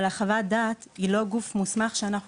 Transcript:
אבל חוות הדעת הזו היא לא גוף מוסמך שאנחנו